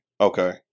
Okay